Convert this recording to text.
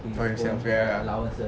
for himself ya ya ya